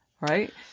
Right